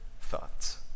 thoughts